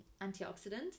antioxidant